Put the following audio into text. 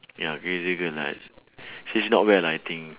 ya crazy girl lah she's not well ah I think